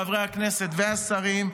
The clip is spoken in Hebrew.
חברי הכנסת והשרים,